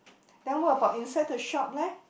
then what about inside the shop leh